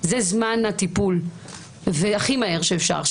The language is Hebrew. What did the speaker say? זה זמן הטיפול הכי מהיר שאפשר לתת.